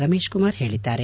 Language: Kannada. ರಮೇಶ್ಕುಮಾರ್ ಹೇಳಿದ್ದಾರೆ